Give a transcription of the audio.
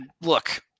look